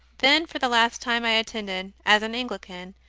then for the last time i attended, as an anglican,